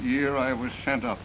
year i was sent off